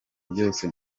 byose